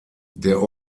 der